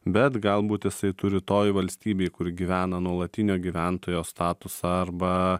bet galbūt jisai turi toj valstybėj kur gyvena nuolatinio gyventojo statusą arba